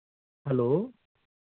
hello